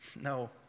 No